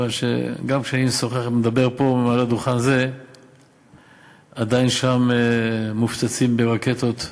וגם כשאני מדבר פה מעל הדוכן הזה עדיין שם מופצצים ברקטות,